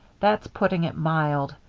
that's putting it mild.